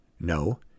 No